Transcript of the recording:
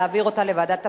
להעביר את זה לוועדת הפנים?